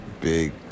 big